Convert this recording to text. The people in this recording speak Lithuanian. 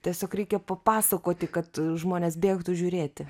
tiesiog reikia papasakoti kad žmonės bėgtų žiūrėti